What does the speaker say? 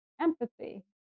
empathy